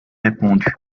répondu